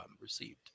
received